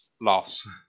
loss